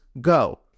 Go